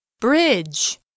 Bridge